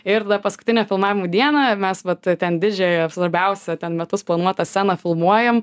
ir paskutinę filmavimo dieną mes vat ten didžiąją svarbiausia ten metus planuotą sceną filmuojam